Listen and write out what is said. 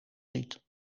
ziet